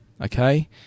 okay